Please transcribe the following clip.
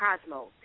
cosmos